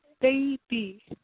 baby